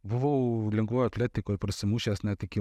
buvau lengvoj atletikoj prasimušęs net iki